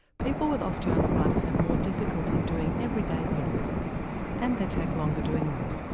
people with osteoarthritis have more difficulty doing everyday things and they take longer doing them.